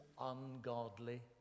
ungodly